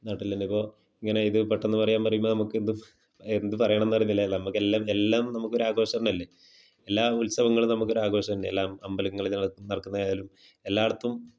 നാട്ടിലെല്ലാം ഇപ്പോൾ ഇങ്ങനെ ഇത് പെട്ടന്ന് പറയാൻ പറയുമ്പോൾ നമുക്ക് എന്തൊ എന്ത് പറയണംന്ന് അറിയത്തില്ല നമുക്ക് എല്ലാം എല്ലാം നമ്മക്കൊരു ആഘോഷമൊന്നുമല്ല എല്ലാ ഉത്സവങ്ങളും നമുക്ക് ഒരു ആഘോഷം തന്നെ എല്ലാം അമ്പലങ്ങളിൽ നട നടക്കുന്നയായാലും എല്ലായിടത്തും